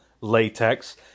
latex